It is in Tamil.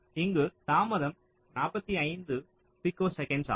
இங்கு தாமதம் 45 பைக்கோசெகண்டுகள் ஆகும்